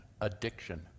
addiction